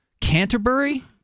Canterbury